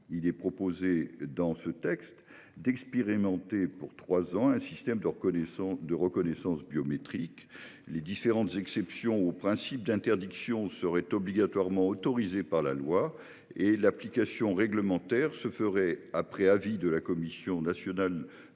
il est proposé d'expérimenter pour trois ans un système de reconnaissance biométrique. Les différentes exceptions au principe d'interdiction seraient obligatoirement autorisées par la loi et l'application réglementaire se ferait après avis de la Commission nationale de